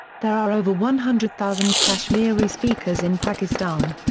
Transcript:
there are over one hundred thousand kashmiri speakers in pakistan.